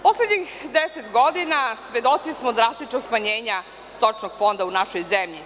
Poslednjih deset godina svedoci smo drastičnog smanjenja stočnog fonda u našoj zemlji.